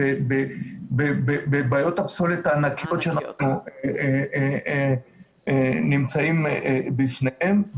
בבעיות הפסולת הענקיות שאנחנו נמצאים בפניהן,